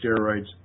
steroids